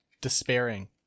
despairing